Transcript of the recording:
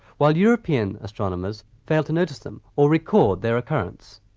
while european astronomers failed to notice them, or record their occurrence?